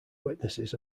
witnesses